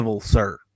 sir